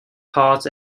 hart